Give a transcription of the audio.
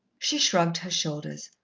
she shrugged her shoulders.